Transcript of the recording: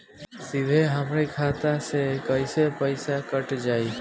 सीधे हमरे खाता से कैसे पईसा कट जाई?